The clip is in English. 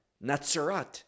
Nazareth